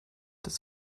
des